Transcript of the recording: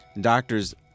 doctors